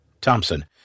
Thompson